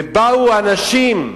ובאו אנשים,